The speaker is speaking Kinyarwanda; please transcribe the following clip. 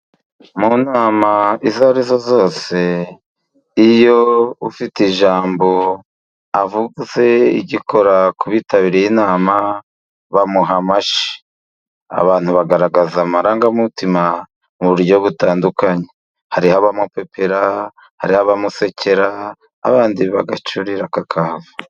Mu nama izo arizo zose, iyo ufite ijambo avuze igikora ku bitabiriye inama, bamuha amashyi. Abantu bagaragaza amarangamutima mu buryo butandukanye. Hariho abamupepera, hariho abamusekera, abandi bagacurira kakahava.